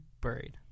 buried